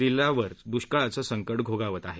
जिल्ह्यावर दृष्काळाचे संकट घोघावत आहे